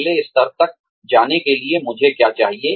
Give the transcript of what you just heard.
अगले स्तर तक जाने के लिए मुझे क्या चाहिए